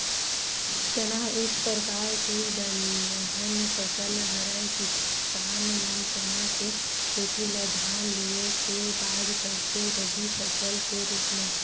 चना एक परकार के दलहन फसल हरय किसान मन चना के खेती ल धान लुए के बाद करथे रबि फसल के रुप म